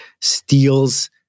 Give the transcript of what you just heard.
steals